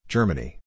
Germany